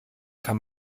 kann